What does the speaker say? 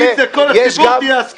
אם זה כל הציבור תהיה הסכמה.